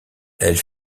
elle